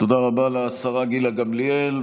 תודה רבה לשרה גילה גמליאל,